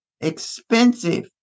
Expensive